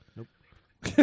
Nope